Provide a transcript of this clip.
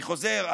אני חוזר: